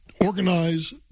organize